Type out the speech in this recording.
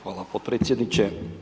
Hvala podpredsjedniče.